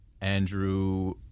Andrew